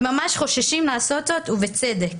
הם ממש חוששים לעשות זאת, ובצדק.